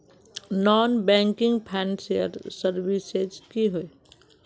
Non banking financial services की होय?